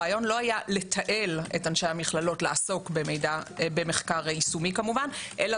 הרעיון לא היה לתעל את אנשי המכללות לעסוק במחקר יישומי כמובן אלא